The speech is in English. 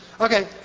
Okay